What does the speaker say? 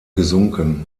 gesunken